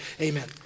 amen